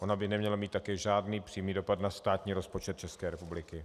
Ona by neměla mít také žádný přímý dopad na státní rozpočet České republiky.